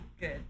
Good